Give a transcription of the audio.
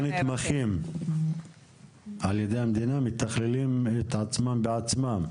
נתמכים על ידי המדינה אז אתם מתכללים את עצמכם בעצמכם?